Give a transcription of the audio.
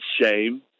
shame